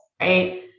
right